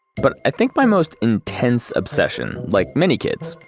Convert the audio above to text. but i think my most intense obsession, like many kids,